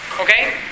Okay